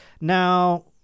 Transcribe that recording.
now